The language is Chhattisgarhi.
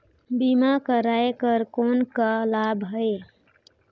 बीमा कराय कर कौन का लाभ है?